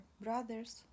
Brothers